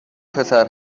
پسر